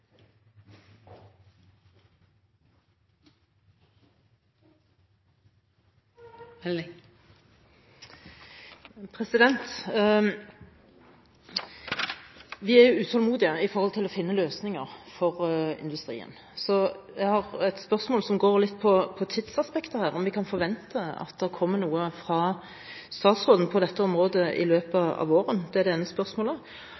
utålmodige etter å finne løsninger for industrien, så jeg har et spørsmål som går litt på tidsaspektet. Det er om vi kan forvente at det kommer noe fra statsråden på dette området i løpet av våren. Det er det ene spørsmålet.